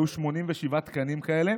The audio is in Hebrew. היו 87 תקנים כאלה